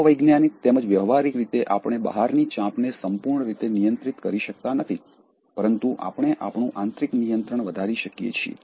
મનોવૈજ્ઞાનિક તેમજ વ્યવહારીક રીતે આપણે બહારની ચાંપને સંપૂર્ણ રીતે નિયંત્રિત કરી શકતા નથી પરંતુ આપણે આપણું આંતરિક નિયંત્રણ વધારી શકીએ છીએ